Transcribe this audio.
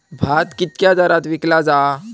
भात कित्क्या दरात विकला जा?